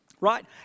Right